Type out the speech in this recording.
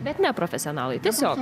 bet ne profesionalai tiesiog